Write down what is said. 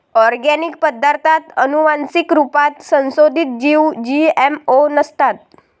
organic पदार्ताथ आनुवान्सिक रुपात संसोधीत जीव जी.एम.ओ नसतात